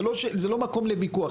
זה לא מקום לויכוח,